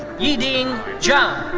yiding zhao.